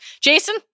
Jason